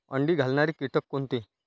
अंडी घालणारे किटक कोणते?